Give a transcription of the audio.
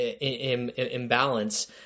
imbalance